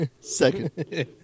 Second